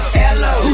hello